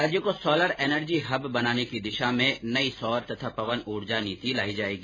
राज्य को solar energy hub बनाने की दिशा में नई सौर तथा पवन ऊर्जा नीति लाई जाएगी